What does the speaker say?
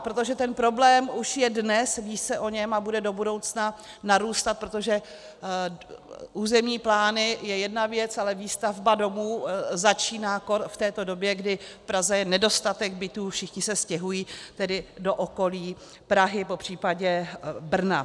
Protože ten problém už je dnes, ví se o něm a bude do budoucna narůstat, protože územní plány jsou jedna věc, ale výstavba domů začíná zvláště v této době, kdy v Praze je nedostatek bytů, všichni se stěhují tedy do okolí Prahy, popřípadě Brna.